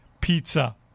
Pizza